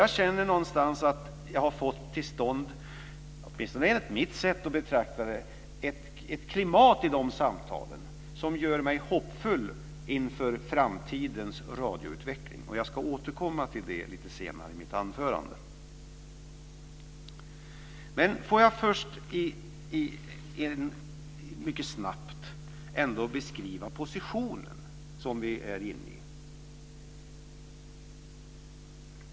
Jag känner någonstans att jag har fått till stånd, åtminstone enligt mitt sätt att betrakta det, ett klimat i de samtalen som gör mig hoppfull inför framtidens radioutveckling. Jag ska återkomma till det lite senare i mitt anförande. Får jag först mycket snabbt ändå beskriva den position som vi är inne i.